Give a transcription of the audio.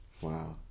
Wow